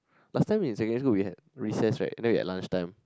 last time in secondary we had recess right then we had lunch time